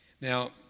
now